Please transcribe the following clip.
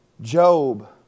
Job